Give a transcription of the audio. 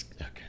okay